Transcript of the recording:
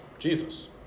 jesus